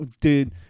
Dude